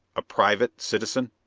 a private citizen.